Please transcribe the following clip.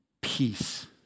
Peace